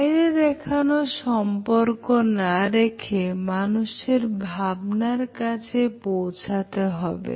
বাইরে দেখানো সম্পর্ক না রেখে মানুষের ভাবনার কাছে পৌঁছাতে হবে